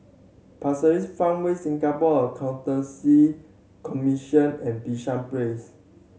Pasir Ris Farmway Singapore Accountancy Commission and Bishan Place